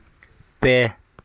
ᱯᱮ